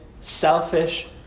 selfish